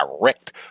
direct